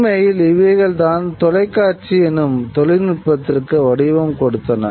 உண்மையில் இவைகள்தான் தொலைக்காட்சி எனும் தொழில்நுட்பத்திற்கு வடிவம் கொடுத்தன